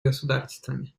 государствами